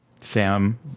Sam